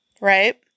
Right